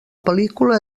pel·lícula